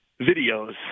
videos